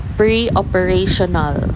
pre-operational